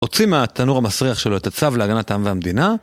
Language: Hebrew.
הוציא מהתנור המסריח שלו את הצו להגנת העם והמדינה.